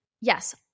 Yes